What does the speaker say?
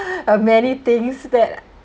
eh many things that